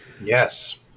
Yes